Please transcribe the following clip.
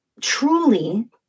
truly